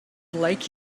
like